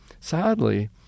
sadly